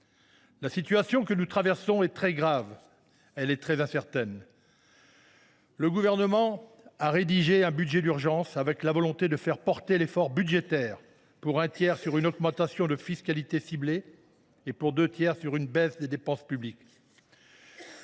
La situation que nous traversons est très grave et très incertaine. Le Gouvernement a élaboré un budget d’urgence. Il a décidé de faire porter l’effort pour un tiers sur une augmentation de fiscalité ciblée et pour deux tiers sur une baisse des dépenses publiques.